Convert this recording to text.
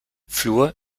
fluor